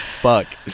fuck